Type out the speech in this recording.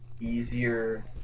easier